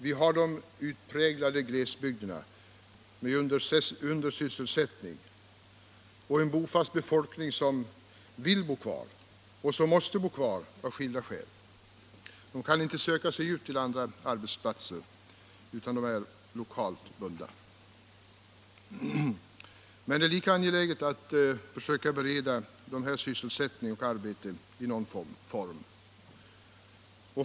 Vi har de utpräglade gles bygderna med undersysselsättning och en bofast befolkning som av skilda skäl vill och måste bo kvar, människorna där kan inte söka sig till andra arbetsplatser utan är lokalt bundna. Det är lika angeläget att också försöka bereda dem sysselsättning och arbete i någon form.